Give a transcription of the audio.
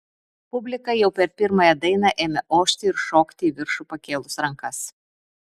publika jau per pirmąją dainą ėmė ošti ir šokti į viršų pakėlus rankas